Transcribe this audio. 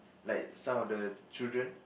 like some of the children